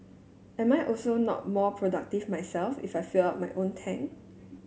am I also not more productive myself if I filled up my own tank